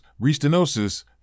restenosis